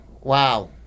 wow